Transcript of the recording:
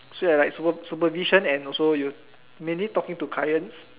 so it's like super~ supervision and also you mainly talking to clients